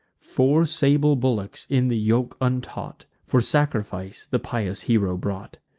four sable bullocks, in the yoke untaught, for sacrifice the pious hero brought.